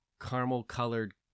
caramel-colored